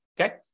okay